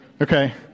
okay